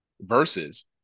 versus